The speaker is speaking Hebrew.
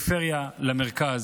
מהפריפריה למרכז?